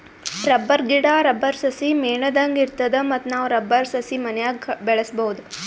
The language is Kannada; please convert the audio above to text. ರಬ್ಬರ್ ಗಿಡಾ, ರಬ್ಬರ್ ಸಸಿ ಮೇಣದಂಗ್ ಇರ್ತದ ಮತ್ತ್ ನಾವ್ ರಬ್ಬರ್ ಸಸಿ ಮನ್ಯಾಗ್ ಬೆಳ್ಸಬಹುದ್